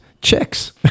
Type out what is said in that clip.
chicks